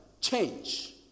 change